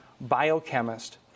biochemist